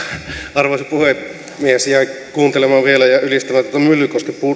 arvoisa puhemies jäin kuuntelemaan vielä ja ja ylistämään tuota myllykosken